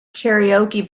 karaoke